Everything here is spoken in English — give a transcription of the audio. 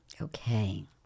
Okay